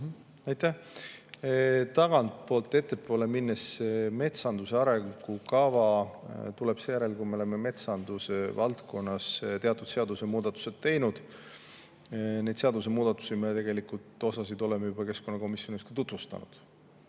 Aitäh! Tagantpoolt ettepoole tulles: metsanduse arengukava tuleb seejärel, kui me oleme metsandusvaldkonnas teatud seadusemuudatused teinud. Osa seadusemuudatusi me tegelikult oleme keskkonnakomisjonis juba ka tutvustanud.